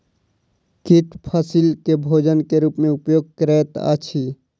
कीट फसील के भोजन के रूप में उपयोग करैत अछि